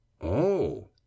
Oh